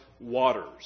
waters